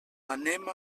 anem